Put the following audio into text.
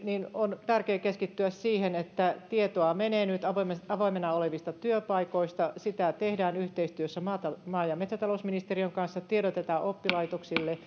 on tärkeää keskittyä siihen että tietoa menee nyt avoimina olevista työpaikoista sitä tehdään yhteistyössä maa ja metsätalousministeriön kanssa tiedotetaan oppilaitoksille